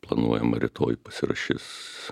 planuojama rytoj pasirašys